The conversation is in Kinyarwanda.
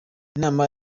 inama